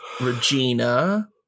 Regina